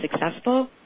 successful